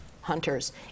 Hunters